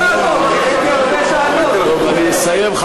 אני אסיים,